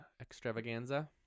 extravaganza